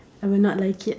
I will not like it